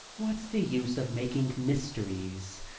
what's the use of making mysteries?